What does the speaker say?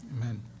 Amen